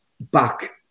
back